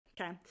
Okay